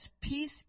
peace